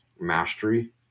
mastery